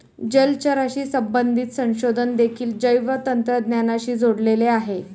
जलचराशी संबंधित संशोधन देखील जैवतंत्रज्ञानाशी जोडलेले आहे